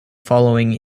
following